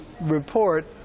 report